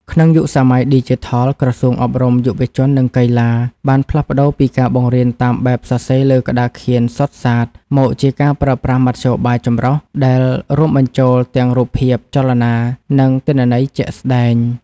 ក្នុងយុគសម័យឌីជីថល ក្រសួងអប់រំ យុវជន និងកីឡា បានផ្លាស់ប្តូរពីការបង្រៀនតាមបែបសរសេរលើក្ដារខៀនសុទ្ធសាធ មកជាការប្រើប្រាស់មធ្យោបាយចម្រុះ ដែលរួមបញ្ចូលទាំងរូបភាព ចលនា និងទិន្នន័យជាក់ស្ដែង។